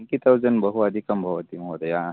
ninety thousand बहु अधिकं भवति महोदय